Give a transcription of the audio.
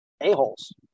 a-holes